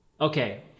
Okay